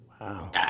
Wow